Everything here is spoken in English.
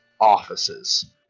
offices